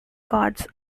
gods